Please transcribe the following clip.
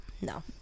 no